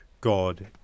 God